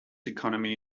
economy